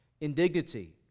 indignity